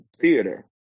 Theater